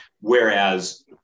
Whereas